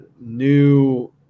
new